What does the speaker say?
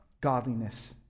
godliness